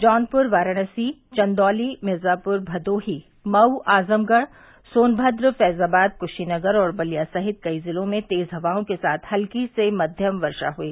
जौनपुर वाराणसी चन्दौली मिर्जापुर मदोही मऊ आजमगढ़ सोनमद्र फैजाबाद क्शीनगर और बलिया सहित कई जिलों में तेज हवाओं के साथ हल्की से मध्यम वर्षा हुई